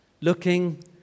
Looking